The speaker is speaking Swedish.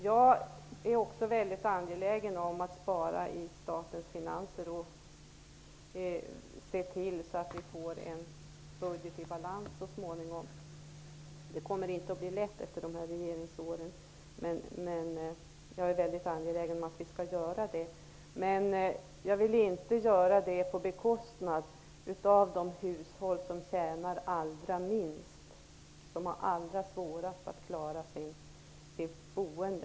Jag är också angelägen om att spara i statens finanser och att se till att vi så småningom får en budget i balans. Det kommer inte att bli lätt efter dessa regeringsår. Men jag är väldigt angelägen om att vi skall spara. Men jag vill inte att det skall ske på bekostnad av de hushåll som tjänar allra minst, vilka har allra svårast att klara sitt boende.